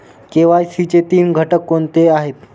KYC चे तीन घटक कोणते आहेत?